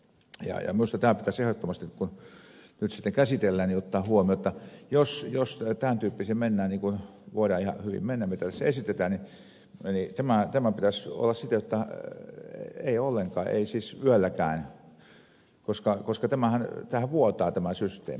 minusta tämä pitäisi ehdottomasti nyt käsitellä ja ottaa huomioon jotta jos tämän tyyppisiin mennään niin kuin voidaan ihan hyvin mennä mitä tässä esitetään niin tämän pitäisi olla siten jotta ei ollenkaan ei siis yölläkään koska tämähän vuotaa tämä systeemi